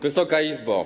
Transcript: Wysoka Izbo!